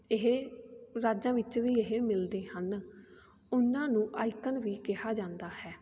ਇਹ ਰਾਜਾਂ ਵਿੱਚ ਵੀ ਇਹ ਮਿਲਦੇ ਹਨ ਉਹਨਾਂ ਨੂੰ ਆਈਕਨ ਵੀ ਕਿਹਾ ਜਾਂਦਾ ਹੈ